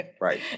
right